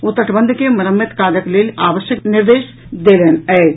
ओ तटबंध के मरम्मति काजक लेल आवश्यक निर्देश देलनि अछि